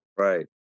right